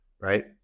right